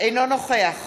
אינו נוכח